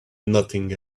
nothing